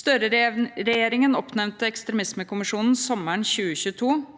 Støre-regjeringen oppnevnte ekstremismekommisjonen sommeren 2022